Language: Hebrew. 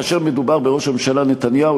כאשר מדובר בראש הממשלה נתניהו,